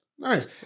Nice